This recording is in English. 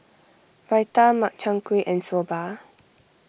Raita Makchang Gui and Soba